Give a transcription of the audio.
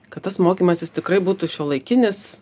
kad tas mokymasis tikrai būtų šiuolaikinis